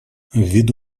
ввиду